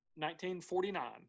1949